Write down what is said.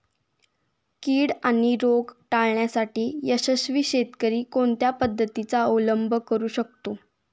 कीड आणि रोग टाळण्यासाठी यशस्वी शेतकरी कोणत्या पद्धतींचा अवलंब करू शकतो?